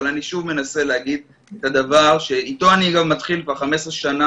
אבל אני שוב מנסה להגיד את הדבר שאיתו אני כבר 15 שנה,